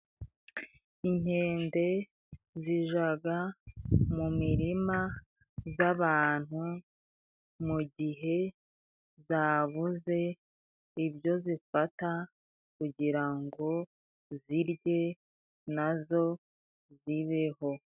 Inkende zijaga mu mirima g' abantu mu gihe zabuze ibyo zifata kugira ngo zirye na zo zibeho.